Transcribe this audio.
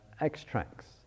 extracts